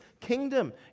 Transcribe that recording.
kingdom